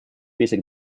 basic